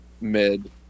mid